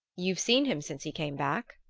you've seen him since he came back?